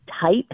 type